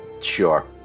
Sure